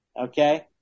Okay